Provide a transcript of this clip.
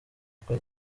kuko